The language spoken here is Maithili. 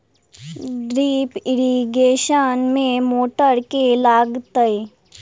ड्रिप इरिगेशन मे मोटर केँ लागतै?